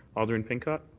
alderman pincott.